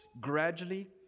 Gradually